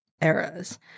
eras